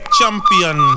Champion